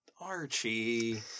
Archie